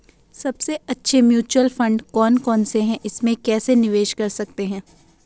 सबसे अच्छे mutual fund कौन कौनसे हैं इसमें कैसे निवेश कर सकते हैं?